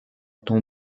ton